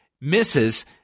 Misses